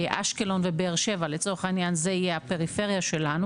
אשקלון ובאר שבע לצורך העניין זאת תהיה הפריפריה שלנו